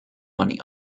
money